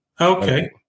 Okay